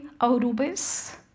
Aurubis